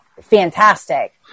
fantastic